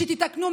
שתתקנו,